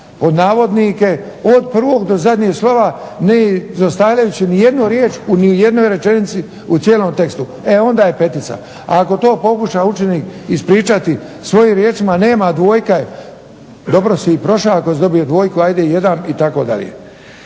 ne "izverglaš" od prvog do zadnjeg slova ne izostavljajući nijednu riječ u nijednoj rečenici u cijelom tekstu, e onda je petica. A ako to pokuša učenik ispričati svojim riječima nema dvojka je, dobro si i prošao ako si dobio dvojku, ajde jedan itd. Dakle,